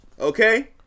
Okay